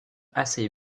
assez